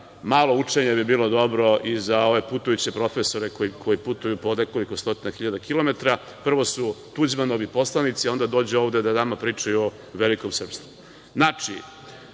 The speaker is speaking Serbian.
malo učenja bi bilo dobro i za ove putujuće profesore koji putuju po nekoliko stotina hiljada kilometara. Prvo su Tuđmanovi poslanici, onda dođu ovde da nama pričaju o velikom srpstvu. Znači,